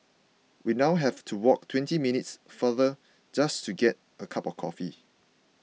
we now have to walk twenty minutes farther just to get a cup of coffee